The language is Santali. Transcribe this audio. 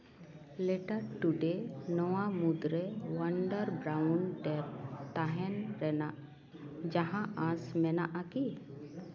ᱞᱮᱴᱟᱨ ᱴᱩᱰᱮ ᱱᱚᱣᱟ ᱢᱩᱫᱽᱨᱮ ᱚᱣᱟᱱᱰᱟᱨ ᱜᱨᱟᱣᱩᱱᱰ ᱴᱮᱯ ᱛᱟᱸᱦᱮᱱ ᱨᱮᱱᱟᱜ ᱡᱟᱦᱟᱸ ᱟᱸᱥ ᱢᱮᱱᱟᱜᱼᱟ ᱠᱤ